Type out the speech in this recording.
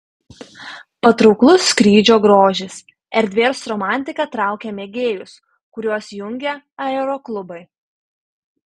patrauklus skrydžio grožis erdvės romantika traukia mėgėjus kuriuos jungia aeroklubai